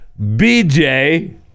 BJ